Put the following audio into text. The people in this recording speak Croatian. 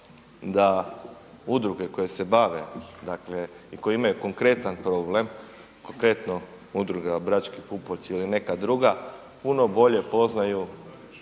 da udruge koje se bave i koje imaju konkretan problem, konkretno udruga Brački pupoljci ili neka druga puno bolje poznaju